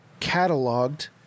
cataloged